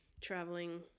traveling